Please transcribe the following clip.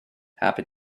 happy